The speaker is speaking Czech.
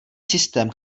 systém